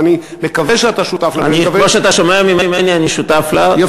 ואני מקווה שאתה שותף לה,